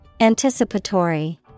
Anticipatory